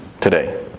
today